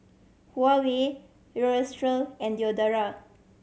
Huawei Aerosole and Diadora